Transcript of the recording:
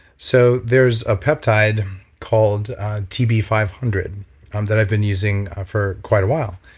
so there's a peptide called tb five hundred um that i've been using for quite a while.